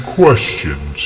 questions